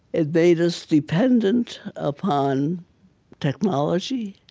it made us dependent upon technology,